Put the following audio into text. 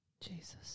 Jesus